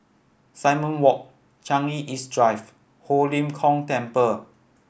Simon Walk Changi East Drive Ho Lim Kong Temple